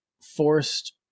forced